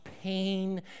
pain